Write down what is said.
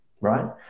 right